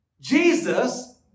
Jesus